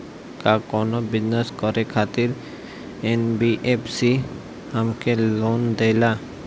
का कौनो बिजनस करे खातिर एन.बी.एफ.सी हमके लोन देला?